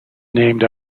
named